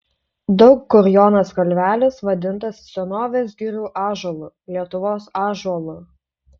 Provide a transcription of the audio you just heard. daug kur jonas kalvelis vadintas senovės girių ąžuolu lietuvos ąžuolu